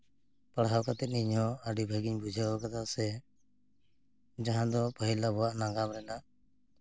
ᱯᱟᱲᱦᱟᱣ ᱠᱟᱛᱮ ᱜᱮ ᱤᱧ ᱦᱚᱸ ᱟᱹᱰᱤ ᱵᱷᱟᱜᱮᱧ ᱵᱩᱡᱷᱟᱹᱣ ᱠᱟᱫᱟ ᱥᱮ ᱡᱟᱦᱟᱸ ᱫᱚ ᱯᱟᱹᱦᱤᱞ ᱟᱵᱚᱣᱟᱜ ᱱᱟᱜᱟᱢ ᱨᱮᱱᱟᱜ